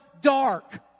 dark